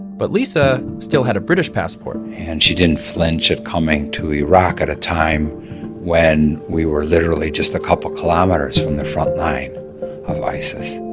but lisa still had a british passport, and she didn't flinch at coming to iraq at a time when we were literally just a couple kilometers from the front line of isis